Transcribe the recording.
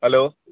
hello